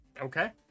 okay